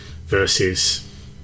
versus